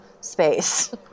space